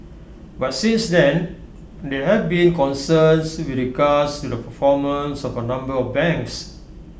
but since then there have been concerns with regards to the performance of A number of banks